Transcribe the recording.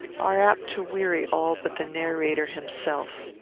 are apt to weary all but the narrator himself.